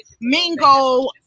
Mingo